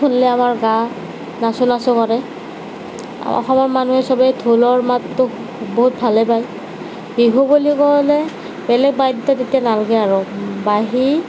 শুনিলে আমাৰ গা নাচোঁ নাচোঁ কৰে অসমৰ মানুহে সবেই ঢোলৰ মাতটো বহুত ভালে পায় বিহু বুলি ক'লে বেলেগ বাদ্য তেতিয়া নালাগে আৰু বাঁহী